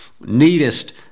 neatest